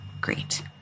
Great